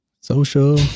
Social